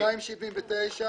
אני מבקש התייעצות סיעתית.